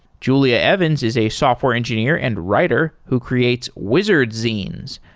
julia evans is a software engineer and writer who creates wizard zines,